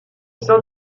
sein